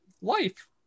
life